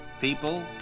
people